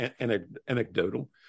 anecdotal